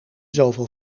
zoveel